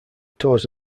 tours